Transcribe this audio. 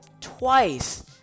twice